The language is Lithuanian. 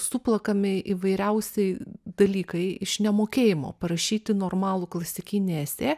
suplakami įvairiausi dalykai iš nemokėjimo parašyti normalų klasikinį esė